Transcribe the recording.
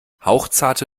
hauchzarte